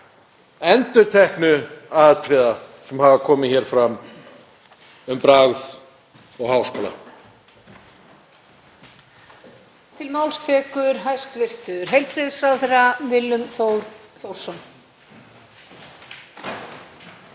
endurteknu atriða sem hér hafa komið fram um bragð og háskóla.